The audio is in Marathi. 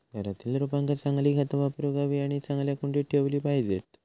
घरातील रोपांका चांगली खता वापरूक हवी आणि चांगल्या कुंडीत ठेवली पाहिजेत